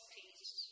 peace